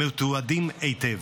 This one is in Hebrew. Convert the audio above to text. מתועדת היטב.